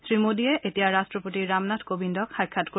শ্ৰীমোদীয়ে এতিয়া ৰট্টপতি ৰামনাথ কোবিন্দক সাক্ষাৎ কৰিব